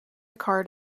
card